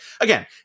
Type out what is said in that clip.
again